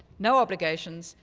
no obligations,